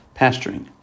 pasturing